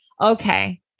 Okay